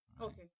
Okay